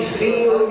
feel